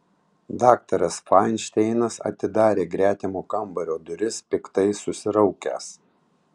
daktaras fainšteinas atidarė gretimo kambario duris piktai susiraukęs